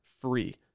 free